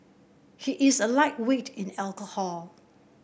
he is a lightweight in alcohol